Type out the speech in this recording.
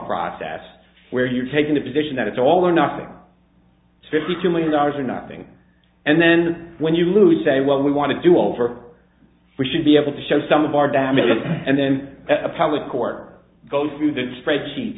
process where you're taking the position that it's all or nothing fifty two million dollars or nothing and then when you lose say well we want to do over we should be able to show some of our damages and then that appellate court go through the spreadsheets